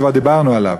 כבר דיברנו עליו.